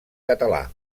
català